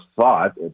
thought